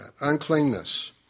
uncleanness